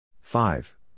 five